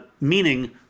meaning